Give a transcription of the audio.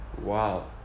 Wow